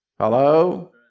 Hello